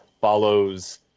follows